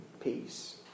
peace